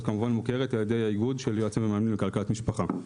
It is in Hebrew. כמובן מוכרת על ידי האיגוד של יועצים ומאמנים לכלכלת משפחה.